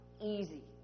easy